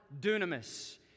dunamis